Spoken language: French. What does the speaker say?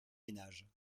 ménages